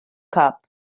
cup